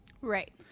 Right